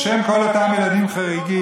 ילדי חינוך מיוחד, נקודה.